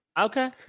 Okay